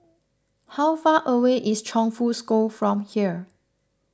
how far away is Chongfu School from here